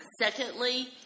Secondly